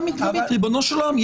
בדיקה מדגמית, ריבונו של עולם?